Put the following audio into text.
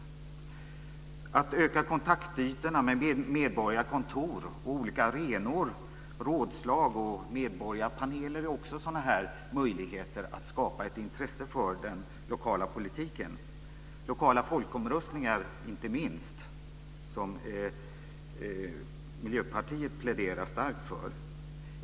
Också att öka kontaktytorna genom medborgarkontor och olika arenor, rådslag och medborgarpaneler är möjligheter att skapa ett intresse för den lokala politiken liksom inte minst lokala folkomröstningar, som Miljöpartiet pläderar starkt för.